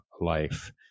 life